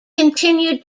continued